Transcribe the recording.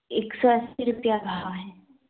ایک سو اسی روپیہ کہا ہے